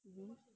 mmhmm